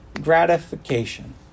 gratification